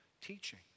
teaching